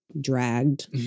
dragged